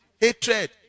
hatred